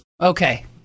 Okay